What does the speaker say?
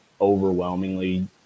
overwhelmingly